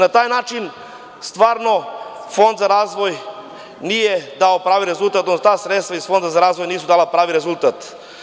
Na taj način stvarno Fond za razvoj nije dao pravi rezultat, ta sredstva iz Fonda za razvoj nisu dali pravi rezultat.